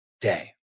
day